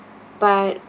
but